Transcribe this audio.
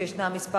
שיש כמה הודעות,